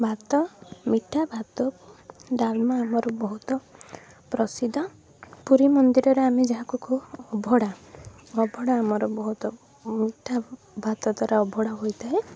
ଭାତ ମିଠା ଭାତ ଡାଲମା ଆମର ବହୁତ ପ୍ରସିଦ୍ଧ ପୁରୀ ମନ୍ଦିରରେ ଆମେ ଯାହାକୁ କହୁ ଅବଢ଼ା ଅବଢ଼ା ଆମର ବହୁତ ମିଠା ଭାତ ଦ୍ୱାରା ଅବଢ଼ା ହୋଇଥାଏ